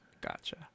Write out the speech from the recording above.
Gotcha